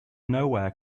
nowhere